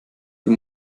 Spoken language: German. die